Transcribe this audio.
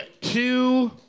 two